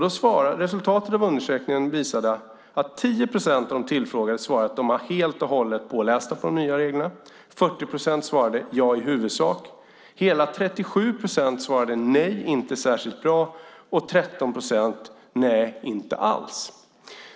I undersökningen svarade 10 procent av de tillfrågade att de var helt och hållet pålästa på de nya reglerna, 40 procent att de i huvudsak hade koll, hela 37 procent svarade att de inte hade särskilt bra koll och 13 procent hade ingen koll alls.